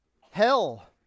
Hell